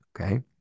Okay